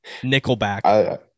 Nickelback